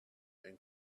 and